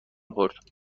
خورد